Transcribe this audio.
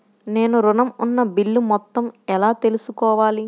నేను ఋణం ఉన్న బిల్లు మొత్తం ఎలా తెలుసుకోవాలి?